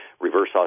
reverse